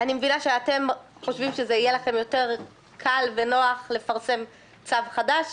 אני מבינה שאתם חושבים שיהיה לכם יותר קל ונוח לפרסם צו חדש.